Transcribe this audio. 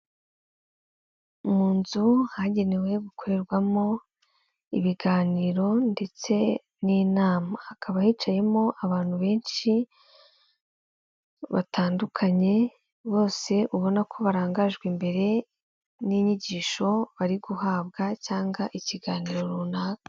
Mu nzu hagenewe gukorerwamo ibiganiro ndetse n'inama, hakaba hicayemo abantu benshi batandukanye bose ubona ko barangajwe imbere n'inyigisho bari guhabwa cyangwa ikiganiro runaka.